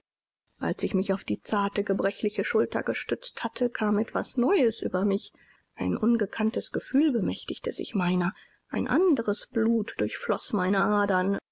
als ich mich auf die zarte gebrechliche schulter gestützt hatte kam etwas neues über mich ein ungekanntes gefühl bemächtigte sich meiner ein anderes blut durchfloß meine adern